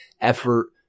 effort